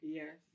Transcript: Yes